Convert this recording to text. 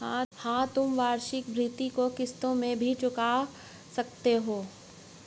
हाँ, तुम वार्षिकी भृति को किश्तों में भी चुका सकते हो